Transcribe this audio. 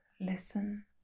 listen